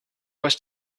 was